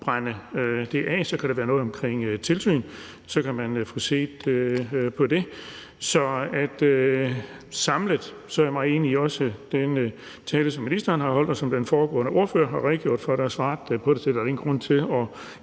brænde det af. Så kan der være noget om tilsyn, og det kan man så få set på. Samlet set er jeg også meget enig med den tale, som ministeren holdt, og den foregående ordfører redegjorde også for det og svarede på det, så der er ingen grund til at